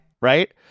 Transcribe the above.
Right